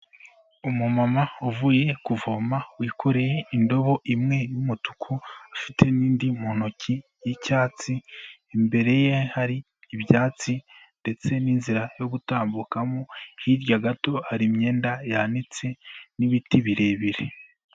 Umumama uvuye kuvoma wikoreye indobo imwe y'umutuku afite n'indi mu ntoki y'icyatsi, imbere ye hari ibyatsi ndetse n'inzira yo gutambukamo, hirya gato hari imyenda yanitse n'ibiti birebire.